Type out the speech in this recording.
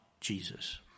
Jesus